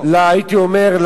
הייתי אומר,